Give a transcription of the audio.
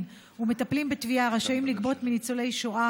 ומטפלים בתביעה רשאים לגבות מניצולי שואה